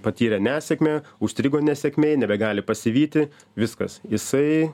patyrė nesėkmę užstrigo nesėkmėj nebegali pasivyti viskas jisai